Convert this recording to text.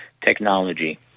technology